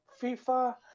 FIFA